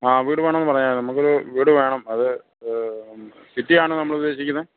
ആ വീട് വേണമെന്ന് പറയാം നമുക്കൊരു വീട് വേണം അത് സിറ്റിയാണ് നമ്മൾ ഉദ്ദേശിക്കുന്നത്